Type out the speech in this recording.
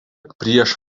prieš